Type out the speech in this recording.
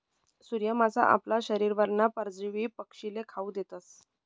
सूर्य मासा आपला शरीरवरना परजीवी पक्षीस्ले खावू देतस